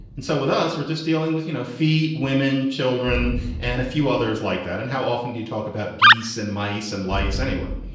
and so with us, we're just dealing with, you know, phee, women, children and a few others like that. and how often do you talk about geese and mice and lice anyway?